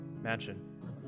mansion